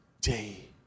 day